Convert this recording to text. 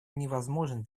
невозможен